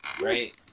right